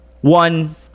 One